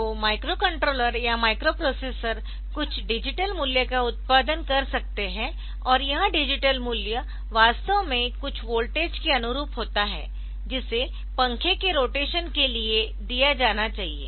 तो माइक्रोकंट्रोलर या माइक्रोप्रोसेसर कुछ डिजिटल मूल्य का उत्पादन कर सकते है और यह डिजिटल मूल्य वास्तव में कुछ वोल्टेज के अनुरूप होता है जिसे पंखे के रोटेशन के लिए दिया जाना चाहिए